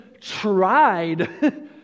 tried